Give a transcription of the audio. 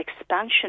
expansion